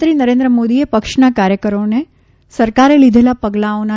પ્રધાનમંત્રી નરેન્દ્ર મોદીએ પક્ષના કાર્યકરોને સરકારે લિધેલા પગલાઓના